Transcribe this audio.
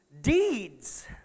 Deeds